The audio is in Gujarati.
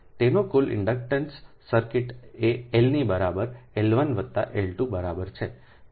તેથી ના કુલ ઇન્ડેક્શન સર્કિટ એ L ની બરાબર L 1 વત્તા L 2 બરાબર છે